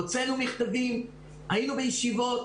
הוצאנו מכתבים, היינו בישיבות,